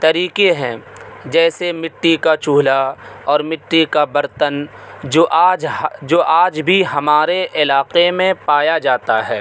طریقے ہیں جیسے مٹی کا چولہا اور مٹی کا برتن جو آج جو آج بھی ہمارے علاقے میں پایا جاتا ہے